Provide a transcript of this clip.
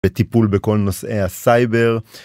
וטיפול בכל נושאי הסייבר.